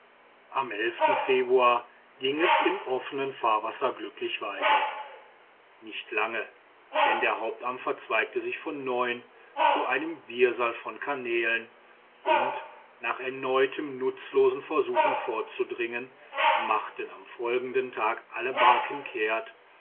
am februar ging es im offenen fahrwasser glücklich weiter nicht lange denn der hauptarm verzweigte sich von neuem zu einem wirrsal von kanälen und nach erneuten nutzlosen versuchen vorzudringen machten am folgenden tag alle barken kehrt